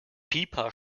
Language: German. pieper